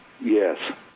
Yes